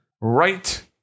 right